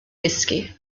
gysgu